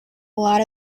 lot